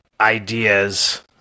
ideas